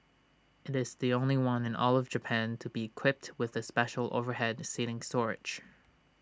IT is the only one in all of Japan to be equipped with the special overhead seating storage